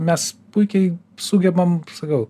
mes puikiai sugebam sakau